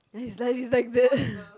is like is like the